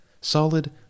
solid